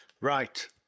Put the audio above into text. Right